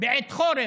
בעת חורף.